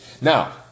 Now